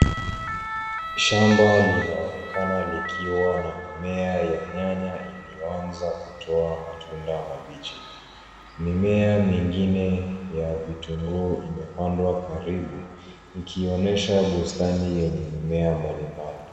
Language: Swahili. Shamba linaonekana likiwa na mimea ya nyanya iliyoanza kutoa matunda mabichi. Mimea mingine ya vitunguu imepandwa karibu ikionyesha bustani yenye mimea mbalimbali.